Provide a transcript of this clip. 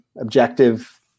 objective